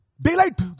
daylight